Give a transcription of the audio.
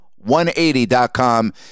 180.com